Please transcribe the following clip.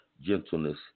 gentleness